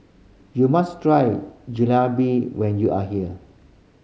you must try when you are here